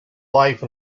life